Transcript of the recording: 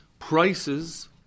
Prices